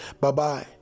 Bye-bye